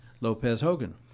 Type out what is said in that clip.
Lopez-Hogan